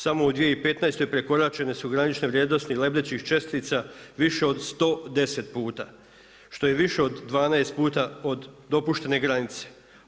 Samo u 2015. prekoračene su granične vrijednosti lebdećih čestica više od 110 puta, što je i više od 12 puta od dopuštene granice.